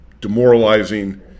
demoralizing